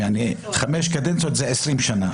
וחמש קדנציות זה עשרים וחמש שנים.